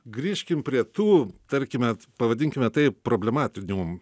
grįžkim prie tų tarkime pavadinkime tai problematinių